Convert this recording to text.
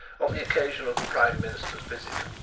on the occasion of the prime minister's visit,